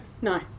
No